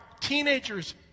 teenagers